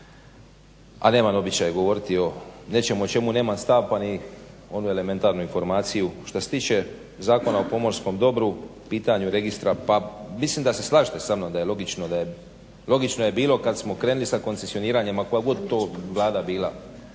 a nemam običaj govoriti o nečemu o čemu nemam stav pa ni onu elementarnu informaciju. Šta se tiče Zakona o pomorskom dobru, pitanju registra, pa mislim da se slažete sa mnom da je logično bilo kad smo krenuli sa koncesioniranjem a koja god to Vlada bila